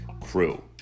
crew